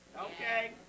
Okay